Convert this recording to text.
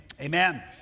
Amen